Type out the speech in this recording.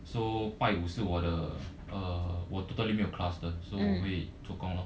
so 拜五是我的 uh 我 totally 没有 class 的 so 我会做工 lor